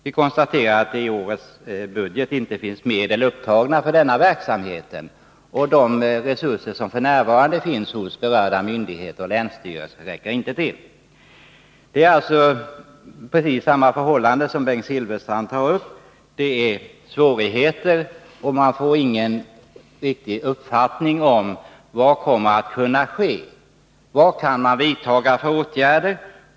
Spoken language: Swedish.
Vi konstaterar att det i årets budget inte finns medel upptagna för denna Nr 161 verksamhet. De resurser som f.n. finns hos berörda myndigheter och Tisdagen den länsstyrelser räcker inte till. 1 juni 1982 Det är alltså precis samma förhållande som det Bengt Silfverstrand tar upp. Det är svårigheter, och man får ingen riktig uppfattning om vad som kommer att kunna ske. Vad kan man vidta för åtgärder?